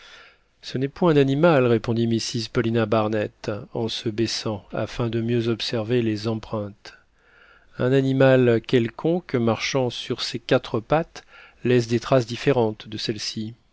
ce n'est point un animal répondit mrs paulina barnett en se baissant afin de mieux observer les empreintes un animal quelconque marchant sur ses quatre pattes laisse des traces différentes de celles-ci